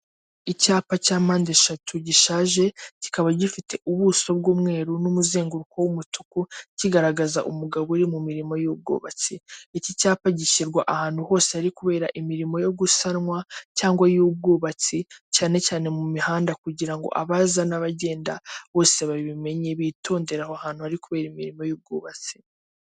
Akazu k'umuhondo gakorerwamo n'isosiyete y'itumanaho mu Rwanda ya emutiyene, harimo umugabo uhagaze witeguye guha serivisi abaza bamugana zirimo; kubitsa, kubikuza, cyangwa kohereza amafaranga.